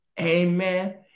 Amen